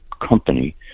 company